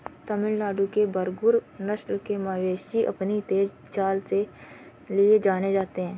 तमिलनाडु के बरगुर नस्ल के मवेशी अपनी तेज चाल के लिए जाने जाते हैं